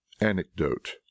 Anecdote